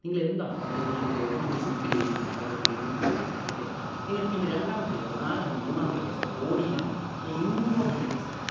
നിങ്ങളെന്താണ് അത് നിങ്ങളിതെന്തുചെയ്യണം ഒരു ബുക്കിലെഴുതി അത് എഴുതി പിടിപ്പിക്കണം ഓക്കെ ഇനി പിന്നെ രണ്ടാമത്തെ കാര്യം മൂന്നാമത്തെ കേസ് ബോഡീ ലാങ്ഗ്വേജ് അത് ഇമ്പോർട്ടൻറ്റ് കേസാണ്